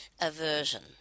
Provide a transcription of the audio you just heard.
aversion